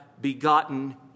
begotten